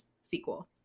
sequel